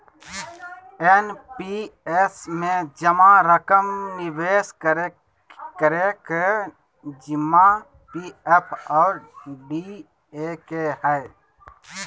NPS में जमा रकम निवेश करे के जिम्मा पी.एफ और डी.ए के हइ